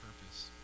purpose